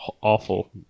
awful